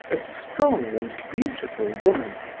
a strong and beautiful woman,